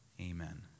amen